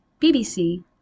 BBC